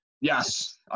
Yes